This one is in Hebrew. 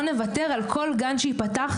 ולא נוותר על כל גן שייפתח,